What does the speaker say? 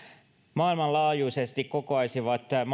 maailmanlaajuisesti kokoaisi